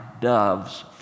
doves